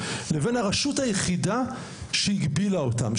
לבין הרשות היחידה שהגבילה אותם,